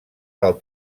del